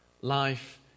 Life